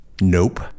Nope